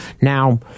Now